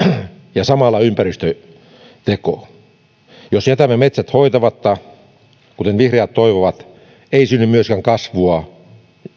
ja samalla ympäristöteko jos jätämme metsät hoitamatta kuten vihreät toivovat ei synny myöskään kasvua